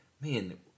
man